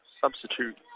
substitute